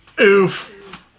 Oof